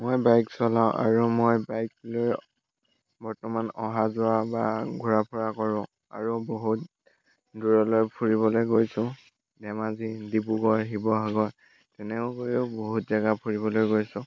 মই বাইক চলাওঁ আৰু মই বাইক লৈ বৰ্তমান অহা যোৱা বা ঘূৰা ফুৰা কৰোঁ আৰু বহুত দূৰলৈ ফুৰিবলৈ গৈছোঁ ধেমাজি ডিব্ৰুগড় শিৱসাগৰ এনেকৈও বহুত জেগা ফুৰিবলৈ গৈছোঁ